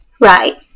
right